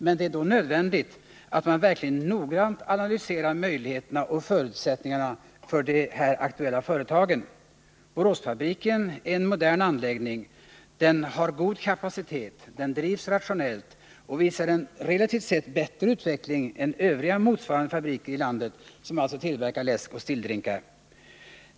Men det är då nödvändigt att man verkligen noggrant analyserar möjligheterna och förutsättningarna för de här aktuella företagen. Boråsfabriken är en modern anläggning, den har god kapacitet, den drivs rationellt och visar en relativt sett bättre utveckling än övriga motsvarande fabriker i landet som tillverkar läsk och stilldrinkar.